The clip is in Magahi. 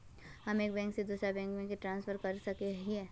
हम एक बैंक से दूसरा बैंक में ट्रांसफर कर सके हिये?